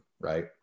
right